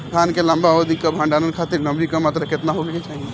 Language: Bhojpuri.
धान के लंबा अवधि क भंडारण खातिर नमी क मात्रा केतना होके के चाही?